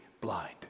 blind